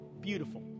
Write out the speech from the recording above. Beautiful